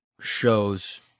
shows